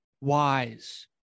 wise